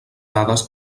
dades